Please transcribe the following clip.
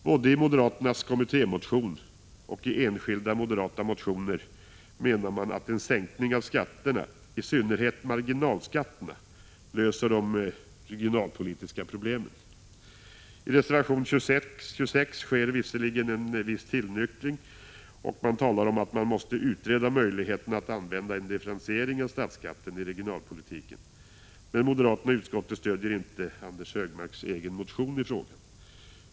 Både i moderaternas kommittémotion och i enskilda moderata motioner menar man att en sänkning av skatterna, i synnerhet av marginalskatterna, löser de regionalpolitiska problemen. I reservation nr 26 sker visserligen en viss tillnyktring. Man talar om att man måste utreda möjligheterna att använda en differentiering av statsskatten i regionalpolitiken. Men moderaterna i utskottet stöder inte Anders Högmarks motion i frågan.